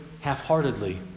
half-heartedly